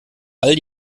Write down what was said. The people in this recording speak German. all